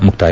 ಮುಕ್ತಾಯ